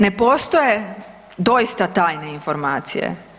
Ne postoje doista tajne informacije.